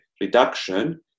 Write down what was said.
reduction